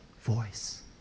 voice